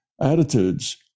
attitudes